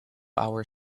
our